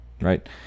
right